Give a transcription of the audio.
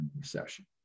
recession